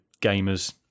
gamers